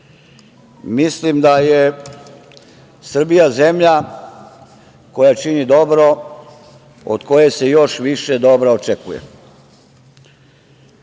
mrzi. Mislim da je Srbija zemlja koja čini dobro od koje se još više dobra očekuje.